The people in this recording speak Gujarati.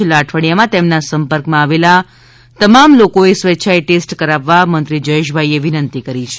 છેલ્લા અઠવાડીયામાં તેમના સંપર્કમા આવેલ તમામ લોકોએ સ્વે ચ્છાએ ટેસ્ટ કરાવવા મંત્રી જયેશભાઇ એ વિનંતી કરી છે